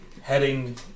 heading